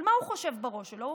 אבל מה הוא חושב בראש שלו?